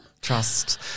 Trust